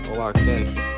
Okay